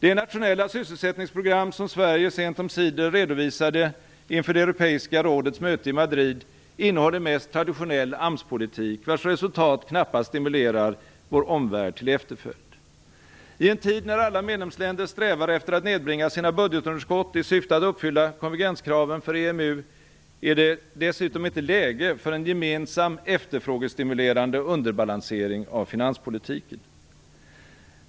Det nationella sysselsättningsprogram som Sverige sent omsider redovisade inför det Europeiska rådets möte i Madrid innehåller mest traditionell AMS-politik, vars resultat knappast stimulerar vår omvärld till efterföljd. I en tid när alla medlemsländer strävar efter att nedbringa sina budgetunderskott i syfte att uppfylla konvergenskraven för EMU är det dessutom inte läge för en gemensam efterfrågestimulerande underbalansering av finanspolitiken.